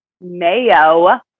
Mayo